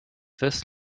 this